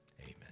amen